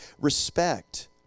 Respect